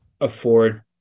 afford